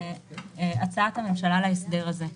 הצעת הממשלה להסדר הזה,